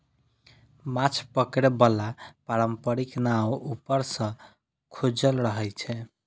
माछ पकड़े बला पारंपरिक नाव ऊपर सं खुजल रहै छै